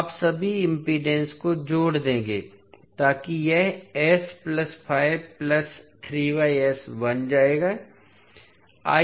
आप सभी इम्पीडेन्स को जोड़ देंगे ताकि यह बन जाए